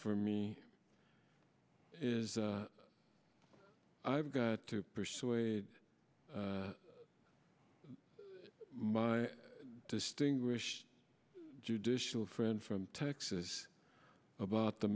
for me is i've got to persuade my distinguished judicial friend from texas about the